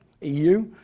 EU